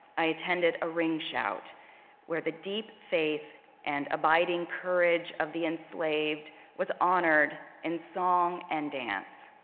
i attended a ring shout where the deep faith and abiding courage of the enslaved was honored in song and dance.